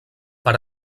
per